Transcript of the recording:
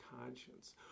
conscience